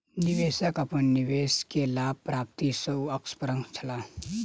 निवेशक अपन निवेश के लाभ प्राप्ति सॅ अप्रसन्न छला